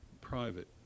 private